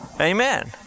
Amen